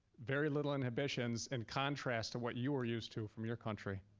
very little inhibitions, in contrast to what you were used to from your country.